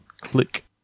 click